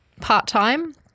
part-time